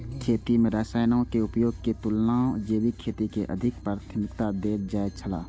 खेती में रसायनों के उपयोग के तुलना में जैविक खेती के अधिक प्राथमिकता देल जाय छला